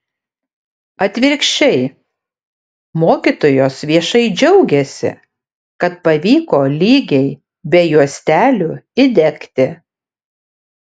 atvirkščiai mokytojos viešai džiaugiasi kad pavyko lygiai be juostelių įdegti